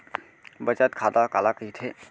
बचत खाता काला कहिथे?